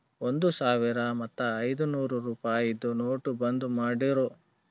ಒಂದ್ ಸಾವಿರ ಮತ್ತ ಐಯ್ದನೂರ್ ರುಪಾಯಿದು ನೋಟ್ ಬಂದ್ ಮಾಡಿರೂ